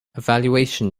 evaluation